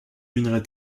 minerai